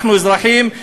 אנחנו אזרחים,